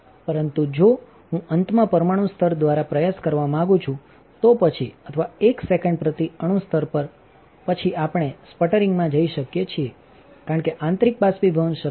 પરંતુ જો હું અંતમાં પરમાણુ સ્તર દ્વારા પ્રયાસ કરવા માંગુ છું તો પછી અથવા એક સેકન્ડ પ્રતિ અણુ સ્તર પછી આપણે સ્પટરિંગમાં જઈ શકીએ છીએ કારણ કે આંતરિક બાષ્પીભવન શક્ય નથી